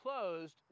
closed